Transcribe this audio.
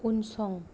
उनसं